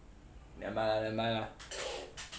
nevermind lah nevermind lah